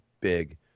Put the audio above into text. big